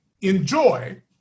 enjoy